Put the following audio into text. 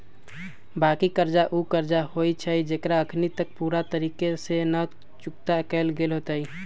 बाँकी कर्जा उ कर्जा होइ छइ जेकरा अखनी तक पूरे तरिका से न चुक्ता कएल गेल होइत